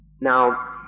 Now